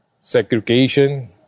segregation